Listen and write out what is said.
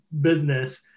business